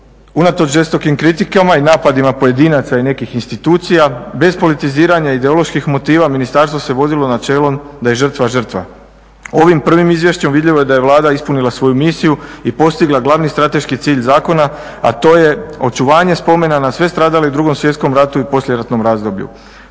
Unatoč žestokim kritikama i napadima pojedinaca i nekih institucija bez politiziranja ideoloških motiva ministarstvo se vodilo načelom da je žrtva žrtva. Ovim prvim izvješćem vidljivo je da je Vlada ispunila svoju misiju i postigla glavni strateški cilj zakona, a to je očuvanje spomena na sve stradale u 2.svjetskom ratu i poslijeratnom razdoblju.